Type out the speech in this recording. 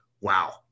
wow